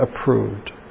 approved